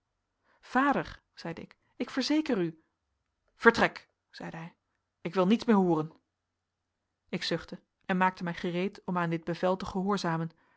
vader zeide ik ik verzeker u vertrek zeide hij ik wil niets meer hooren ik zuchtte en maakte mij gereed om aan dit bevel te gehoorzamen